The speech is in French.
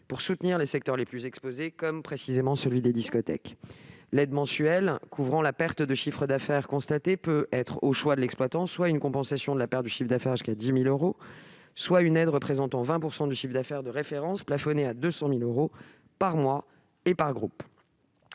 pour soutenir les secteurs les plus exposés, comme celui des discothèques. L'aide mensuelle couvrant la perte de chiffre d'affaires constatée peut, au choix de l'exploitant, correspondre à une compensation de la perte du chiffre d'affaires jusqu'à 10 000 euros ou à une aide représentant 20 % du chiffre d'affaires de référence, plafonnée à 200 000 euros par mois et par groupe.